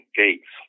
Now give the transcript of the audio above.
gates